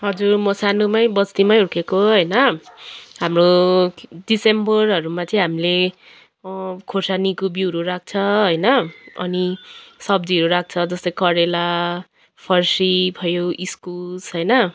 हजुर म सानोमै बस्तीमै हुर्किएको होइन हाम्रो डिसेम्बरहरूमा चाहिँ हामीले खोर्सानीको बिउहरू राख्छ होइन अनि सब्जीहरू राख्छ जस्तै करेला फर्सी भयो इस्कुस होइन